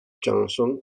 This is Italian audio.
johnson